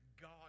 God